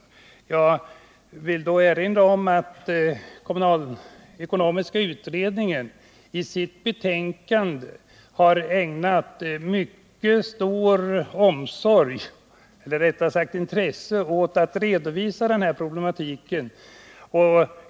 Jag vill erinra om att kommunalekonomiska utredningen i sitt betänkande ägnat mycket stort intresse åt att redovisa denna problematik.